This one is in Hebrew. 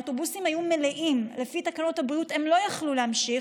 האוטובוסים היו מלאים ולפי תקנות הבריאות הם לא יכלו להמשיך,